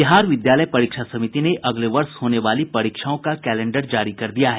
बिहार विद्यालय परीक्षा समिति ने अगले वर्ष होने वाली परीक्षाओं का कैलेंडर जारी कर दिया है